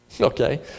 okay